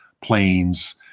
planes